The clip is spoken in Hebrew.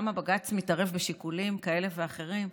למה בג"ץ מתערב בשיקולים כאלה ואחרים.